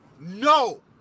no